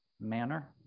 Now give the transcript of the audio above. manner